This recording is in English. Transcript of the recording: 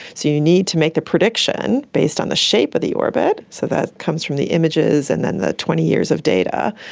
so you need to make the prediction based on the shape of the orbit, so that comes from the images and then the twenty years of data,